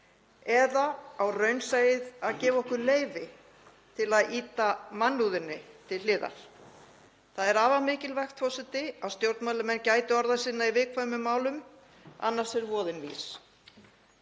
eða á raunsæið að gefa okkur leyfi til að ýta mannúðinni til hliðar? Það er afar mikilvægt, forseti, að stjórnmálamenn gæti orða sinna í viðkvæmum málum. Annars er voðinn vís.